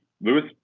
Lewis